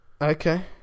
okay